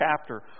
chapter